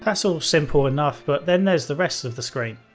that's all simple enough, but then there's the rest of the screen.